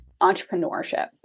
entrepreneurship